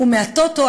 ושל הטוטו,